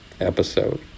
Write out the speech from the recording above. episode